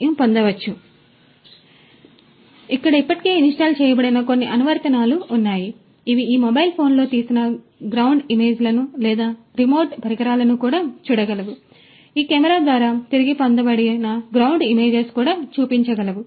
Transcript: కాబట్టి ఇక్కడ ఇప్పటికే ఇన్స్టాల్ చేయబడిన కొన్ని అనువర్తనాలు ఉన్నాయి ఇవి ఈ మొబైల్ ఫోన్లో తీసిన గ్రౌండ్ ఇమేజ్లను లేదా ఇతర రిమోట్ పరికరాలను కూడా చూడగలవు ఈ కెమెరా ద్వారా తిరిగి పొందబడిన గ్రౌండ్ ఇమేజెస్ కూడా చూపించగలవు